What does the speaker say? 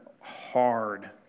hard